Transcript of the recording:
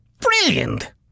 Brilliant